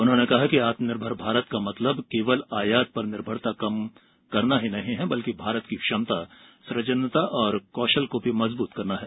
उन्होंने कहा कि आत्मनिर्भर भारत का मतलब केवल आयात पर निर्भरता कम करना ही नहीं है बल्कि भारत की क्षमता सुजनता और कौशल को भी मजबूत करना है